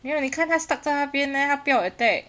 没有你看它 stuck 在那边 then 它不要 attack